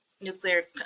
nuclear